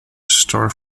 store